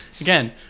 again